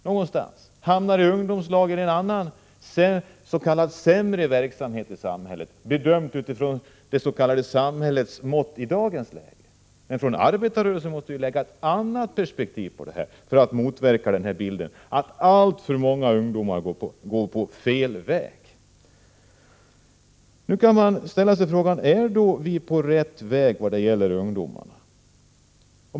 De hamnar i ungdomslagen eller i annan s.k. sämre verksamhet i samhället — utifrån samhällets mått i dagens läge. Från arbetarrörelsen måste vi lägga ett annat perspektiv på detta för att motverka bilden att alltför många ungdomar går fel väg. Nu kan man ställa sig frågan: Är vi på rätt väg vad gäller ungdomen?